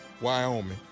Wyoming